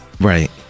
Right